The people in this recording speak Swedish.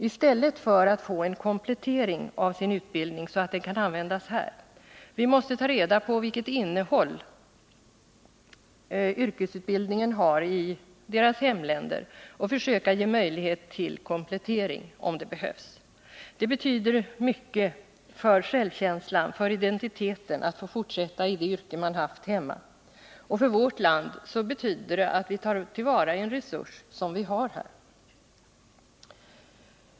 I stället borde de få en komplettering av sin utbildning så att denna kan användas här. Vi måste ta reda på vilket innehåll utbildningen i deras hemländer har och försöka ge möjligheter till komplettering om detta behövs. Det betyder mycket för självkänslan och identiteten att få fortsätta i det yrke man haft hemma. För vårt land betyder det att vi tar till vara en resurs som vi har här.